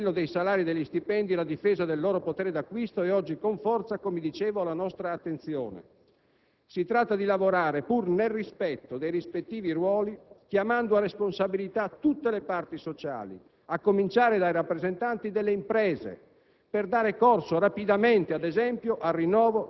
In ogni caso, la questione concernente il livello dei salari e degli stipendi e la difesa del loro potere d'acquisto è oggi con forza, come dicevo, alla nostra attenzione. Si tratta di lavorare, pur nel rispetto dei rispettivi ruoli, chiamando a responsabilità tutte le parti sociali, a cominciare dai rappresentanti delle imprese,